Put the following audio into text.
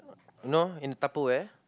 no in Tupperware